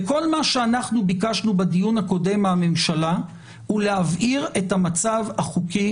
כל מה שאנחנו ביקשנו בדיון הקודם מהממשלה הוא להבהיר את המצב החוקי